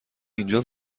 اینجا